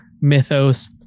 mythos